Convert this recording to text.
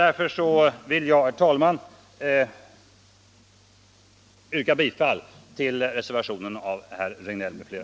Därför vill jag, herr talman, yrka bifall till reservationen av herr Regnéll m.fl.